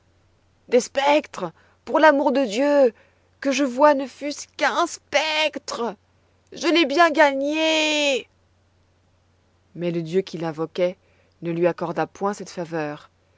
des spectres pour l'amour de dieu que je voie ne fût-ce qu'un spectre je l'ai bien gagné mais le dieu qu'il invoquait ne lui accorda point cette faveur